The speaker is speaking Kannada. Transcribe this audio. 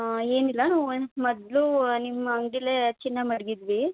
ಹಾಂ ಏನಿಲ್ಲ ನಾವು ಒನ್ಸ್ ಮೊದಲು ನಿಮ್ಮ ಅಂಗಡೀಲೇ ಚಿನ್ನ ಮಡಗಿದ್ವಿ